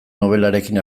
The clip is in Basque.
nobelarekin